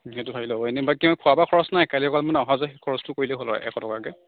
এনে বাকী খোৱা বোৱা খৰচ নাই খালী অকল মানে অহা যোৱা খৰচটো কৰিলে হ'ল আৰু এশ টকাকৈ